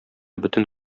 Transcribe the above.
бөтен